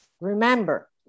Remember